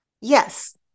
Yes